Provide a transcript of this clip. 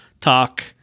talk